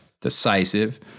decisive